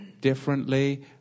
differently